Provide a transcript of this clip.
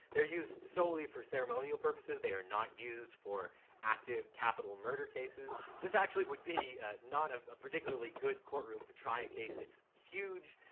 they're used solely for ceremonial purposes. they are not used for active capital murder cases. this actually would be not ah a particularly good courtroom to try a case. its huge.